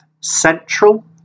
central